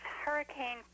Hurricane